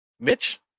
mitch